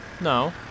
No